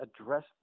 address